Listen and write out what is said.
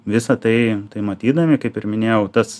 visa tai tai matydami kaip ir minėjau tas